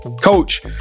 Coach